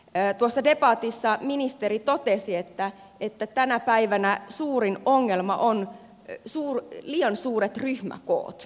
tuossa debatissa ministeri totesi että tänä päivänä suurin ongelma on liian suuret ryhmäkoot